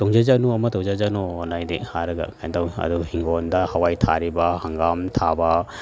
ꯇꯣꯡꯖꯁꯅꯨ ꯑꯃ ꯇꯧꯖꯁꯅꯣꯅ ꯑꯩꯗꯤ ꯍꯥꯏꯔꯒ ꯀꯩꯅꯣ ꯇꯧꯏ ꯑꯗꯣ ꯍꯤꯡꯒꯣꯟꯗ ꯍꯥꯋꯥꯏ ꯊꯥꯔꯤꯕ ꯍꯪꯒꯥꯝ ꯊꯥꯕ